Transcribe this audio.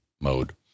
mode